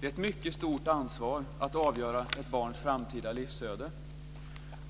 Det är ett mycket stort ansvar att avgöra ett barns framtida livsöde.